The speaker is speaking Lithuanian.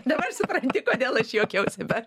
dabar supranti kodėl aš juokiausi per